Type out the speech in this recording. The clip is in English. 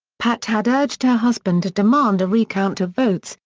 pat had urged her husband to demand a recount of votes,